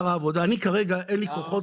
אין לי כוחות,